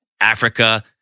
Africa